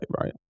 right